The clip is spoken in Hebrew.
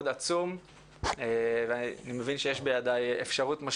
אני מבין שיש בידי אפשרות משמעותית לחולל שינויים משמעותיים.